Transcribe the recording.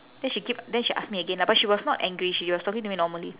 then she keep then she ask me again lah but she was not angry she was talking to me normally